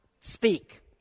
speak